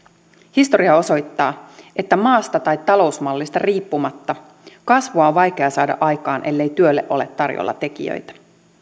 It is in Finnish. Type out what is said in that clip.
historia osoittaa että maasta tai talousmallista riippumatta kasvua on vaikea saada aikaan ellei työlle ole tarjolla tekijöitä